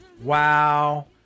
wow